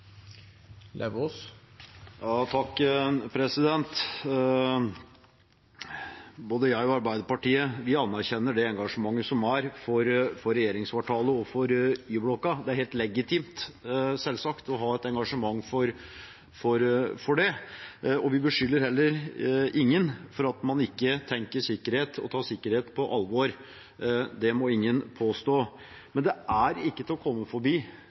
Både jeg og resten av Arbeiderpartiet anerkjenner det engasjementet som er for regjeringskvartalet og Y-blokka. Det er helt legitimt – selvsagt – å ha et engasjement for det. Vi beskylder heller ingen for ikke å tenke sikkerhet eller for ikke å ta sikkerhet på alvor. Det må ingen påstå. Men det er ikke til å komme forbi